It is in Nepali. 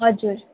हजुर